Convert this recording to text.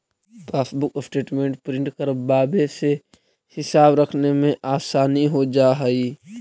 passbook statement print करवावे से हिसाब रखने में आसानी हो जा हई